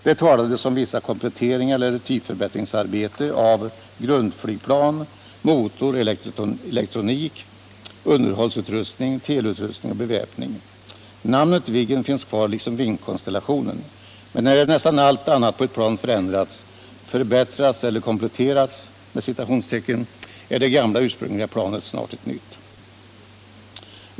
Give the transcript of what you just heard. Det talades om vissa kompletteringar eller typförbättringsarbete av grundflygplan, motor, elektronik, underhållsutrustning, teleutrustning och beväpning. Namnet Viggen finns kvar liksom vingkonstellationen. Men när nästan allt annat på ett plan förändrats, ”förbättrats” eller ”kompletterats” är det gamla ursprungliga planet snart ett nytt.